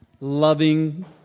loving